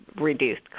reduced